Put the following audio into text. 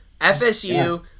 FSU